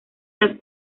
las